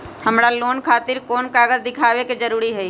हमरा लोन खतिर कोन कागज दिखावे के जरूरी हई?